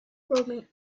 roaming